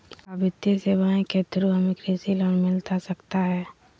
आ वित्तीय सेवाएं के थ्रू हमें कृषि लोन मिलता सकता है?